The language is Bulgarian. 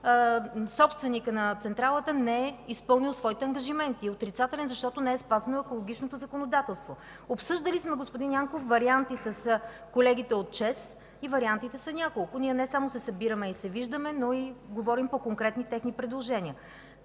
собственикът на централата не е изпълнил своите ангажименти. Отрицателен е, защото не е спазено екологичното законодателство. Господин Янков, обсъждали сме варианти с колегите от ЧЕЗ. Вариантите са няколко. Ние не само се събираме и виждаме, но и говорим по конкретни техни предложения.